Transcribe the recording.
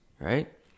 right